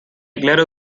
claro